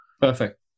Perfect